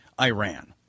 Iran